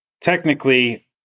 technically